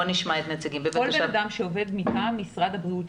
כל בן אדם שעובד מטעם משרד הבריאות,